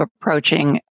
approaching